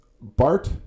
Bart